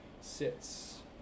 sits